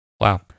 Wow